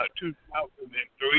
2003